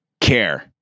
care